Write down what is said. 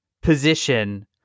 position